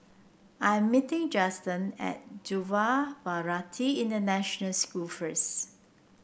I am meeting Justen at Yuva Bharati International School first